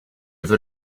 veux